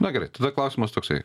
na gerai tada klausimas toksai